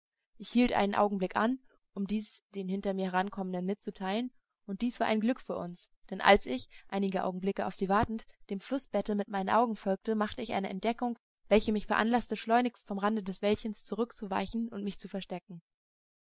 ich hielt einen augenblick an um dies den hinter mir herankommenden mitzuteilen und dies war ein glück für uns denn als ich einige augenblicke auf sie wartend dem flußbette mit meinen augen folgte machte ich eine entdeckung welche mich veranlaßte schleunigst vom rande des wäldchens zurückzuweichen und mich zu verstecken